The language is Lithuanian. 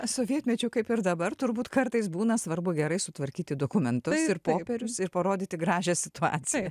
sovietmečiu kaip ir dabar turbūt kartais būna svarbu gerai sutvarkyti dokumentus ir popierius ir parodyti gražią situaciją